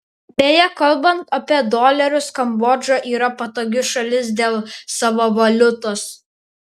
beje kalbant apie dolerius kambodža yra patogi šalis dėl savo valiutos